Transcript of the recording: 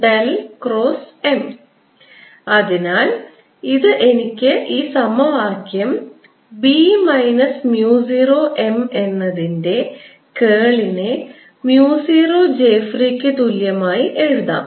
B0jfree0M അതിനാൽ എനിക്ക് ഈ സമവാക്യം B മൈനസ് mu 0 M എന്നതിന്റെ കേളിനെ mu 0 j ഫ്രീക്ക് തുല്യമായി എഴുതാം